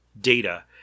data